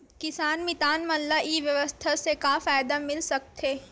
किसान मितान मन ला ई व्यवसाय से का फ़ायदा मिल सकथे?